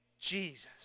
Jesus